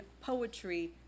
poetry